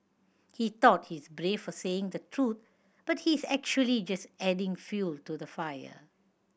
he thought he's brave for saying the truth but he's actually just adding fuel to the fire